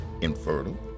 infertile